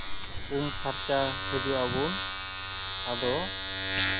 ᱩᱢ ᱯᱷᱟᱨᱪᱟ ᱦᱤᱡᱩᱜ ᱟᱵᱚᱱ ᱟᱫᱚ